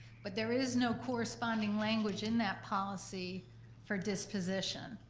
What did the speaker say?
but there is no corresponding language in that policy for disposition.